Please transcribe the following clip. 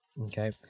Okay